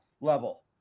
level